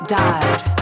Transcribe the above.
died